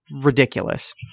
ridiculous